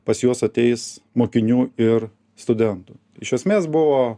pas juos ateis mokinių ir studentų iš esmės buvo